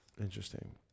interesting